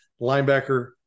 linebacker